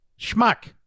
Schmuck